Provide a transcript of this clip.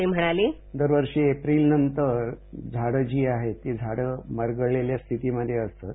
ते म्हणाले दरवर्षी एप्रिलनंतर झाडं जी आहेत ती झाडं मरगळलेल्या स्थितीमध्ये असतात